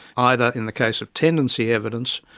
either in the case of tendency evidence,